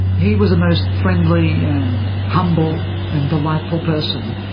he was a most friendly and humble and delightful person.